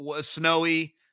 snowy